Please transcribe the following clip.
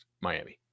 Miami